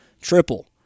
triple